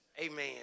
Amen